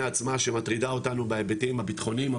עצמה שמטרידה אותנו בהיבטים הבטחוניים,